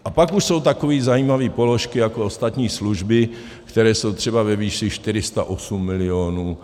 A pak už jsou takové zajímavé položky jako ostatní služby, které jsou třeba ve výši 408 milionů.